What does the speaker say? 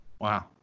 Wow